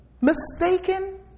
mistaken